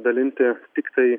dalinti tiktai